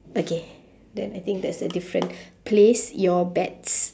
okay then I think that's a different place your bets